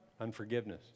Unforgiveness